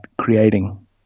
creating